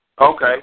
Okay